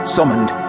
Summoned